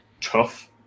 tough